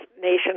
nation